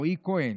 רועי כהן.